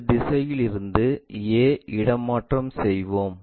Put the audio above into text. இந்த திசையில் இருந்து a இடமாற்றம் செய்வோம்